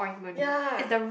ya